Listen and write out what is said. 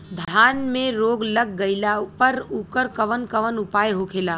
धान में रोग लग गईला पर उकर कवन कवन उपाय होखेला?